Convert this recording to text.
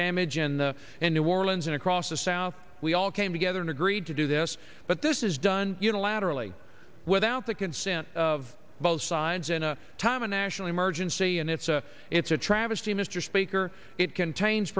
damage in the new orleans and across the south we all came together and agreed to do this but this is done unilaterally without the consent of both sides in a time of national emergency and it's a it's a travesty mr speaker it contains